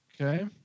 Okay